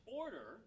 order